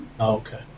okay